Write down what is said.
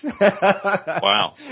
Wow